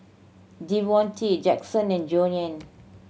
Devonte Jaxson and Joanie